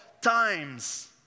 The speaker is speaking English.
times